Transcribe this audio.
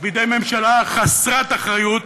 בידי ממשלה חסרת אחריות,